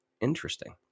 Interesting